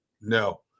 no